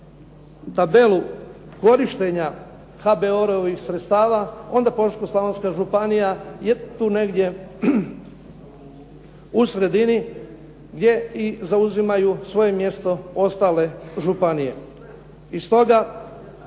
tabelu korištenja HBOR-ovim sredstava, onda Požeško-slavonska županija je tu negdje u sredini gdje i zauzimaju svoje mjesto ostale županije.